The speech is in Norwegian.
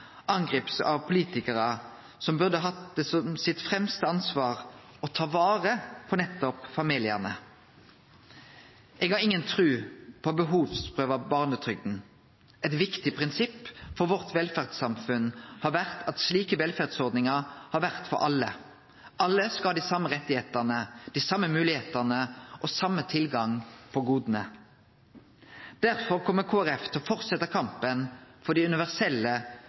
angripast av politikarar som burde hatt som sitt fremste ansvar å ta vare på nettopp familiane. Eg har inga tru på å behovsprøve barnetrygda. Eit viktig prinsipp for velferdssamfunnet vårt har vore at slike velferdsordningar har vore for alle. Alle skal ha dei same rettane, dei same moglegheitene og den same tilgangen på goda. Derfor kjem Kristeleg Folkeparti til å fortsetje kampen for dei universelle,